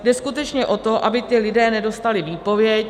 Jde skutečně o to, aby ti lidé nedostali výpověď.